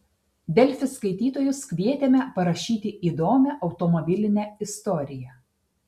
delfi skaitytojus kvietėme parašyti įdomią automobilinę istoriją